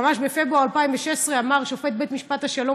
ממש בפברואר 2016 אמר שופט בית-משפט השלום